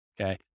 Okay